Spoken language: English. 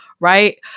right